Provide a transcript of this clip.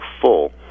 full